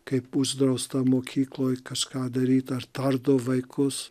kaip uždrausta mokykloj kažką daryt ar tardo vaikus